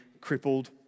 crippled